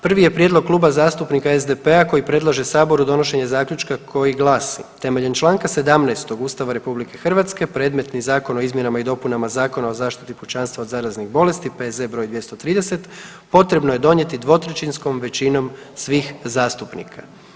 Prvi je prijedlog Kluba zastupnika SDP-a koji predlaže Saboru donošenje zaključka koji glasi: Temeljem čl. 17 Ustava RH predmetni zakon o izmjenama i dopunama Zakona o zaštiti pučanstva od zaraznih bolesti, P.Z. br. 230 potrebno je donijeti dvotrećinskom većinom svih zastupnika.